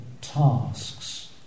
tasks